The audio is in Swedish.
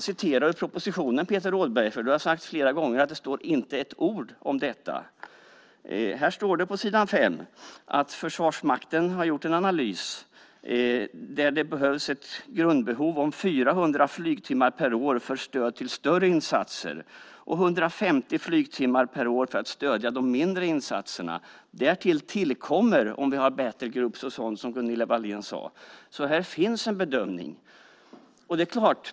Peter Rådberg har flera gånger sagt att det inte står ett ord om detta i propositionen, men på s. 5 står det att Försvarsmakten har gjort en analys där det behövs ett grundbehov om 400 flygtimmar per år till större insatser och 150 flygtimmar per år för att stödja de mindre insatserna. Därtill tillkommer battle groups och sådant som Gunilla Wahlén sade. Här finns alltså en bedömning.